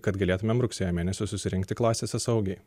kad galėtumėm rugsėjo mėnesį susirinkti klasėse saugiai